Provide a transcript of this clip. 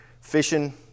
fishing